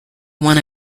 won